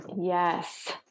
Yes